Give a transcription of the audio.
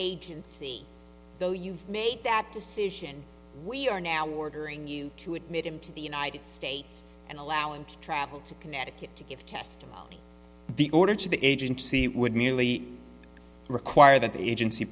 agency though you make that decision we are now ordering you to admit him to the united states and allow him to travel to connecticut to give testimony the order to the agency would merely require that the agency